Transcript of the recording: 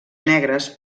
negres